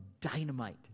dynamite